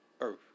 earth